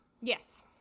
yes